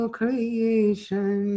creation